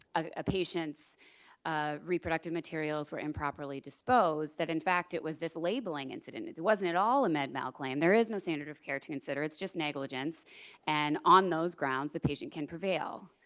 a patient's ah reproductive materials were improperly disposed that in fact it was this labeling incident, it wasn't it all a med mal claim, there is no standard of care to consider, it's just negligence and on those grounds the patient can prevail.